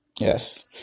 yes